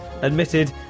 admitted